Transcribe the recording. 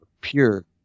pure